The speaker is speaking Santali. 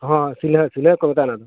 ᱦᱳᱭ ᱥᱤᱞᱦᱟᱹ ᱥᱤᱞᱦᱟᱹ ᱠᱚ ᱢᱮᱛᱟᱜᱼᱟ ᱚᱱᱟ ᱫᱚ